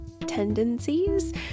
tendencies